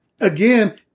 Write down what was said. again